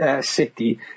city